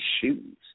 shoes